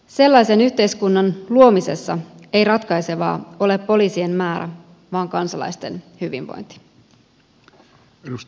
sellaisen yhteiskunnan luomisessa ei ratkaisevaa ole poliisien määrä vaan kansalaisten hyvinvointi